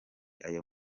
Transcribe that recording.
ayo